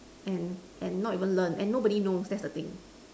and and not even learn and nobody knows that's the thing